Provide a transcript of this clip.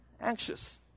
anxious